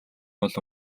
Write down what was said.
гол